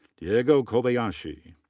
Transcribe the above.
yeah daigo kobayashi.